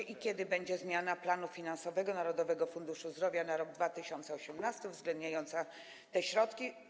I kiedy będzie zmiana planu finansowego Narodowego Funduszu Zdrowia na 2018 r. uwzględniająca te środki?